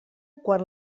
quan